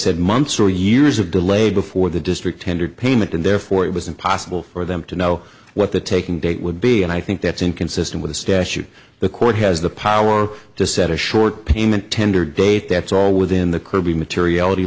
said months or years of delay before the district tendered payment and therefore it was impossible for them to know what the taking date would be and i think that's inconsistent with the statute the court has the power to set a short payment tender date that's all within the kirby materiality